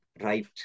right